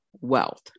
wealth